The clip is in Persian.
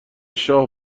شاه